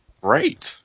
great